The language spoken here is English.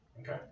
Okay